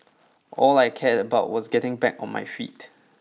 all I cared about was getting back on my feet